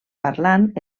parlant